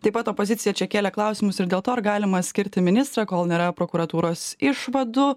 taip pat opozicija čia kėlė klausimus ir dėl to ar galima skirti ministrą kol nėra prokuratūros išvadų